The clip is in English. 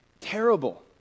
terrible